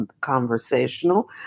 conversational